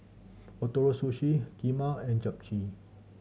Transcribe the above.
Ootoro Sushi Kheema and Japchae